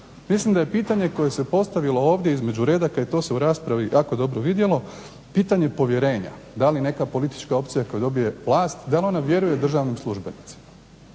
Mislim da je pitanje koje se postavilo ovdje između redaka i to se u raspravi jako dobro vidjelo pitanje povjerenja da li neka politička opcija koja dobije vlast da li ona vjeruje državnim službenicima.